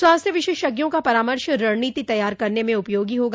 स्वास्थ्य विशेषज्ञों का परामर्श रणनीति तैयार करने में उपयोगी होगा